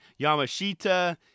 Yamashita